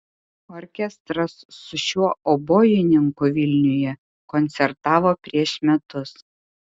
orkestras su šiuo obojininku vilniuje koncertavo prieš metus